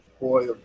boy